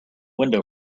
window